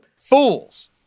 Fools